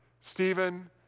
Stephen